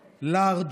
לארג',